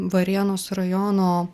varėnos rajono